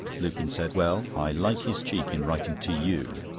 lupin said well, i like his cheek in writing to you.